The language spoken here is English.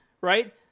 right